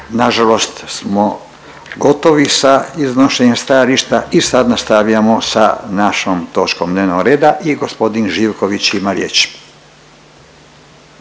Nažalost smo gotovi sa iznošenjem stajališta i sad nastavljamo sa našom točkom dnevnog reda i g. Živković ima riječ.